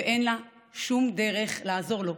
ואין לה שום דרך לעזור לו,